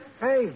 Hey